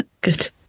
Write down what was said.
Good